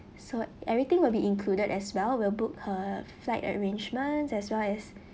so everything will be included as well we'll book her flight arrangements as well as